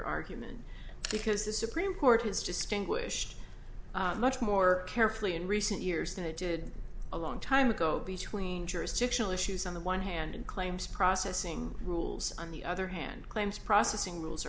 argument because the supreme court has just anguished much more carefully in recent years than it did a long time ago between jurisdictional issues on the one hand and claims processing rules on the other hand claims processing rules are